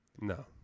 No